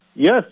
Yes